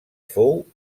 fou